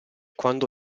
quando